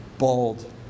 bald